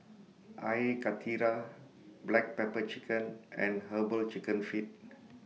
Air Karthira Black Pepper Chicken and Herbal Chicken Feet